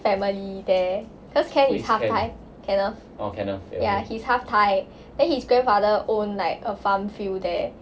family there cause ken is half thai kenneth ya he's half thai then his grandfather own like a farm field there